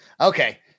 Okay